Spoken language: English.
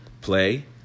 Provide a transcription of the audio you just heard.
play